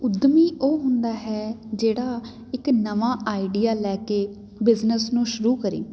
ਉੱਦਮੀ ਉਹ ਹੁੰਦਾ ਹੈ ਜਿਹੜਾ ਇੱਕ ਨਵਾਂ ਆਈਡੀਆ ਲੈ ਕੇ ਬਿਜ਼ਨਸ ਨੂੰ ਸ਼ੁਰੂ ਕਰੇ